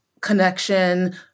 connection